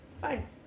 Fine